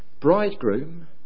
bridegroom